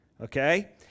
Okay